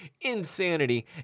insanity